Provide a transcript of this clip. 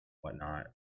whatnot